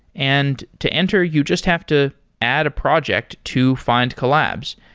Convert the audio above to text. and to enter, you just have to add a project to findcollabs.